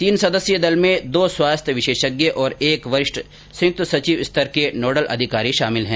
तीन सदस्यीय दल में दो स्वास्थ्य विशेषज्ञ और एक वरिष्ठ संयुक्त सचिव स्तर के नोडल अधिकारी शामिल हैं